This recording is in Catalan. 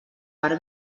per